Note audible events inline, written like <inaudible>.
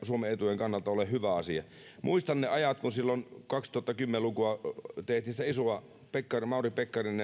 suomen etujen kannalta ole hyvä asia muistan ne ajat kun silloin kaksituhattakymmenen luvulla tehtiin sitä isoa päätöstä silloin mauri pekkarinen <unintelligible>